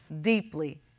deeply